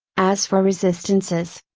as for resistances!